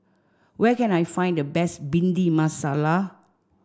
where can I find the best Bhindi Masala